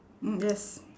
mm yes